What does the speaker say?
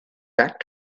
that